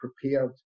prepared